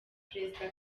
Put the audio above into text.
perezida